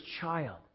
child